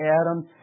Adam